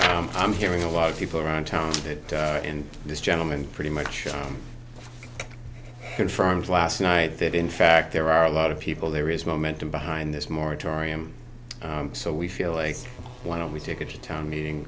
it i'm hearing a lot of people around town and this gentleman pretty much confirms last night that in fact there are a lot of people there is momentum behind this moratorium so we feel like why don't we take a town meeting